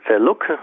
look